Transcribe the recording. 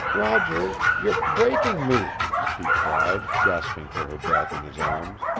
roger you're breaking me, she cried, gasping for her breath in his arms,